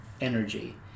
energy